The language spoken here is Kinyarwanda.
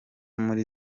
muri